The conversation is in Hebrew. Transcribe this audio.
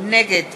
נגד